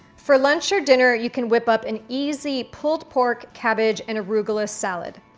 for lunch or dinner you can whip up an easy pulled pork, cabbage, and arugula salad.